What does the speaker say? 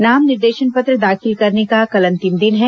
नाम निर्देशन पत्र दाखिल करने का कल अंतिम दिन है